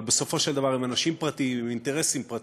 אבל בסופו של דבר הם אנשים פרטיים עם אינטרסים פרטיים,